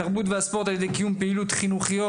תרבות והספורט על ידי קיום פעילויות חינוכיות.